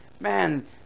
man